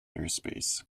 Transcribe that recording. airspace